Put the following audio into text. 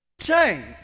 change